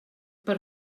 per